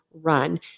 run